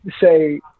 say